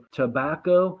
tobacco